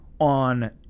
on